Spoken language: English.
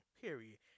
period